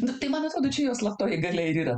nu tai man atrodo čia jo slaptoji galia ir yra